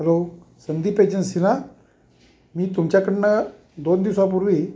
hello Sandeep agency ना मी तुमच्याकडूनं दोन दिवसापूर्वी